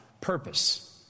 purpose